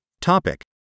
Topic